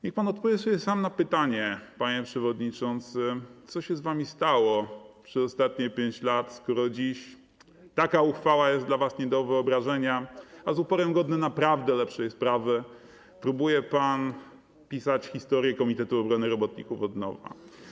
Niech pan odpowie sobie sam na pytanie, panie przewodniczący, co się z wami stało przez ostatnie 5 lat, skoro dziś taka uchwała jest dla was nie do wyobrażenia, a z uporem godnym naprawdę lepszej sprawy próbuje pan pisać historię Komitetu Obrony Robotników od nowa.